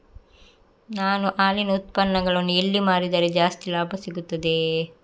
ನಾನು ಹಾಲಿನ ಉತ್ಪನ್ನಗಳನ್ನು ಎಲ್ಲಿ ಮಾರಿದರೆ ಜಾಸ್ತಿ ಲಾಭ ಸಿಗುತ್ತದೆ?